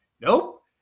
nope